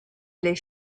les